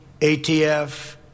ATF